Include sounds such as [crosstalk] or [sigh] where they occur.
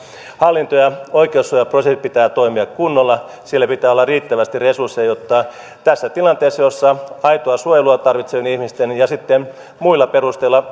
hallinto ja oikeussuojaprosessien pitää toimia kunnolla siellä pitää olla riittävästi resursseja jotta tässä tilanteessa jossa aitoa suojelua tarvitsevien ihmisten ja sitten muilla perusteilla [unintelligible]